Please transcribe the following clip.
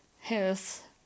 health